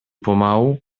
pomału